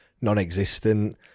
non-existent